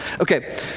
Okay